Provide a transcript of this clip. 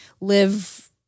live